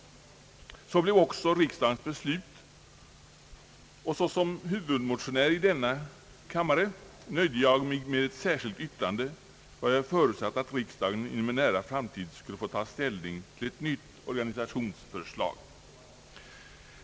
Det blev också riksdagens beslut, och såsom huvudmotionär i denna kammare nöjde jag mig med ett särskilt yttrande, vari jag förutsatte att riksdagen inom en nära framtid skulle få ta ställning till ett nytt organisationsförslag.